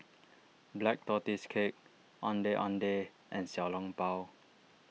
Black Tortoise Cake Ondeh Ondeh and Xiao Long Bao